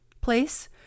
place